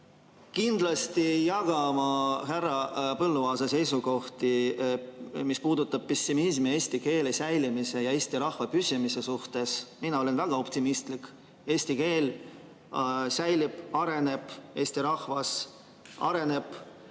ei jaga ma härra Põlluaasa seisukohti, mis puudutavad pessimismi eesti keele säilimise ja eesti rahva püsimise suhtes. Mina olen väga optimistlik, et eesti keel säilib ja areneb. Eesti rahvas areneb.